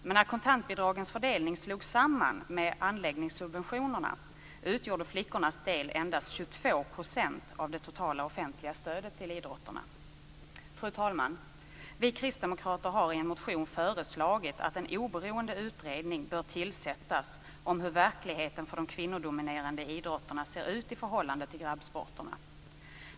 Men när kontantbidragens fördelning slogs samman med anläggningssubventionerna utgjorde flickornas del endast 22 % av det totala offentliga stödet till idrotterna. Fru talman! Vi kristdemokrater har i en motion föreslagit att en oberoende utredning bör tillsättas om hur verkligheten för de kvinnodominerade idrotterna ser ut i förhållande till grabbsporterna.